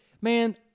Man